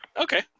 okay